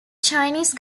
chinese